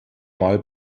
mal